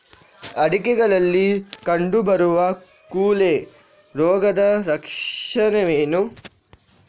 ಅಡಿಕೆಗಳಲ್ಲಿ ಕಂಡುಬರುವ ಕೊಳೆ ರೋಗದ ಲಕ್ಷಣವೇನು?